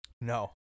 No